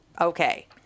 Okay